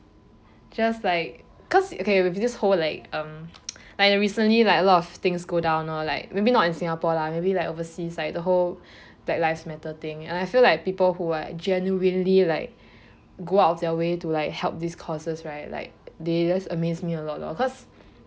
just like cause okay we just hold like um like the recently like a lot of things go down lor like maybe not in singapore lah maybe like overseas like the whole black lives matter thing and I feel like people who are genuinely like go out their way to like help these causes like they just amaze me a lot lor cause